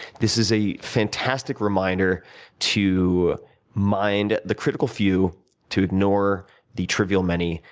this is a fantastic reminder to mind the critical few to ignore the trivial many,